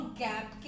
gap